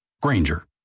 Granger